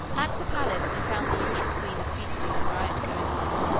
at the palace they found the usual scene of feasting and riot going on.